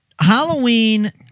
Halloween